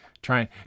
Trying